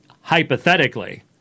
hypothetically